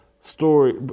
story